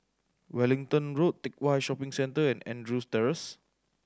Wellington Road Teck Whye Shopping Centre and Andrews Terrace